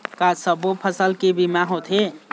का सब्बो फसल के बीमा होथे?